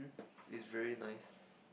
is very nice